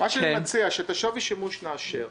מציע שאת הצו על שווי שימוש נאשר.